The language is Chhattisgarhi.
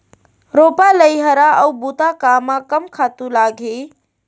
रोपा, लइहरा अऊ बुता कामा कम खातू लागही?